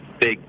big